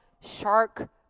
Shark